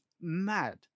mad